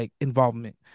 involvement